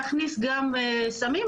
להכניס גם סמים.